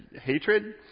hatred